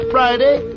Friday